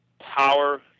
power